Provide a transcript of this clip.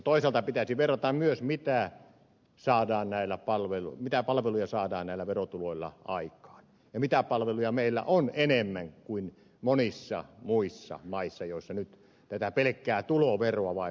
toisaalta pitäisi verrata myös mitä palveluja saadaan näillä verotuloilla aikaan ja mitä palveluja meillä on enemmän kuin monissa muissa maissa joiden pelkkää tuloveroa nyt vain vertaillaan